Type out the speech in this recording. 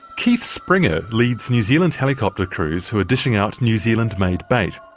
keith springer leads new zealand helicopter crews who are dishing out new zealand-made bait.